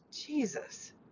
Jesus